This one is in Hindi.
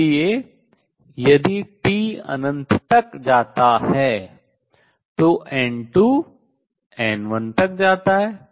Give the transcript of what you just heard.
इसलिए यदि T अनंत तक जाता है तो N2 N1 तक जाता है